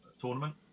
tournament